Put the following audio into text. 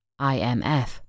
IMF